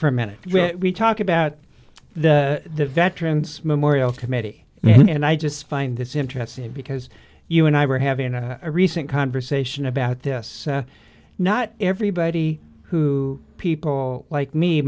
for a minute when we talk about the veterans memorial committee and i just find this interesting because you and i were having a recent conversation about this not everybody who people like me